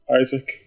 Isaac